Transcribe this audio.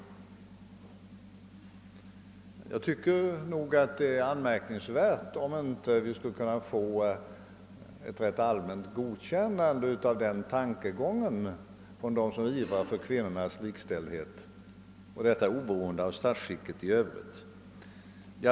Jag tycker det är anmärkningsvärt om vi inte skulle kunna få ett rätt allmänt godkännande av denna princip från dem som ivrar för kvinnans likställdhet — detta oberoende av statsskicket i övrigt.